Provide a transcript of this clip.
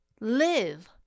live